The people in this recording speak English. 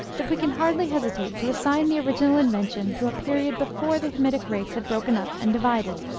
that we can hardly hesitate to assign the original invention to a period before the hamitic race had broken up and divided.